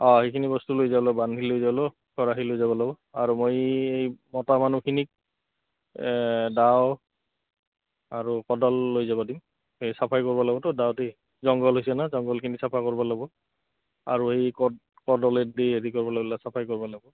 অঁ সেইখিনি বস্তু লৈ ল'লোঁ বান্ধি লৈ ল'লোঁ খৰাহি লৈ যাব লাগিব আৰু মই এই মতা মানুহখিনিক দাও আৰু কোদাল লৈ যাব দিম সেই চাফাই কৰিব লাগিব তো দাও দি জংঘল হৈছে ন জংঘলখিনি চাফা কৰিব লাগিব আৰু সেই কদ কোদালে দি হেৰি কৰিব লাগিব চাফাই কৰিব লাগিব